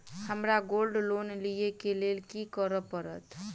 हमरा gold loan लिय केँ लेल की करऽ पड़त?